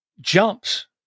jumps